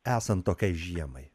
esant tokiai žiemai